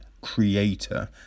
creator